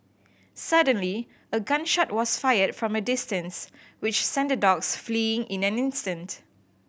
suddenly a gun shot was fired from a distance which sent the dogs fleeing in an instant